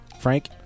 Frank